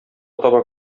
таба